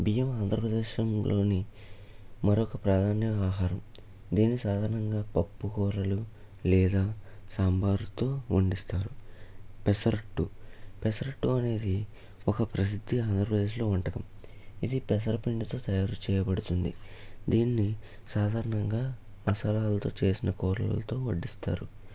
బియ్యం ఆంధ్రప్రదేశ్లోని మరొక ప్రాధాన్య ఆహరం దీన్ని సాధారణంగా పప్పు కూరలు లేదా సాంబార్తో వండిస్తారు పెసరట్టు పెసరట్టు అనేది ఒక ప్రసిద్ధి ఆంధ్రప్రదేశ్లో వంటకం ఇది పెసరపిండితో తయారు చేయబడుతుంది దీన్ని సాధారణంగా మసాలాలతో చేసిన కూరలతో వడ్డిస్తారు